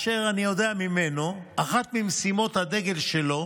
ואני יודע ממנו שאחת ממשימות הדגל שלו